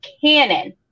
cannon